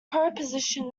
proposition